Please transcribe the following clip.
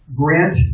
grant